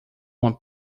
uma